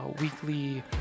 weekly